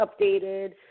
updated